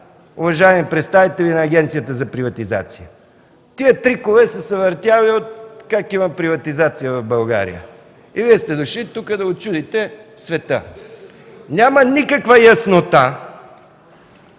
уважаеми представители на Агенцията за приватизация. Тези трикове са се въртели откакто има приватизация в България и Вие сте дошли тук да учудите света. Няма никаква яснота.